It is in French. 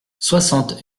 soixante